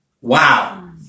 Wow